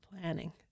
planning